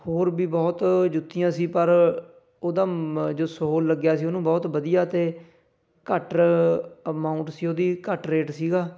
ਹੋਰ ਵੀ ਬਹੁਤ ਜੁੱਤੀਆਂ ਸੀ ਪਰ ਉਹਦਾ ਮ ਜੋ ਸੋਲ ਲੱਗਿਆ ਸੀ ਉਹਨੂੰ ਬਹੁਤ ਵਧੀਆ ਅਤੇ ਘੱਟ ਅਮਾਊਂਟ ਸੀ ਉਹਦੀ ਘੱਟ ਰੇਟ ਸੀਗਾ